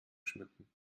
schmücken